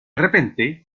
repente